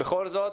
בכל זאת,